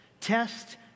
test